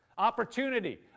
opportunity